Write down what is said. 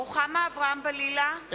רוחמה אברהם-בלילא,